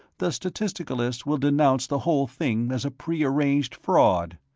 the statisticalists will denounce the whole thing as a prearranged fraud.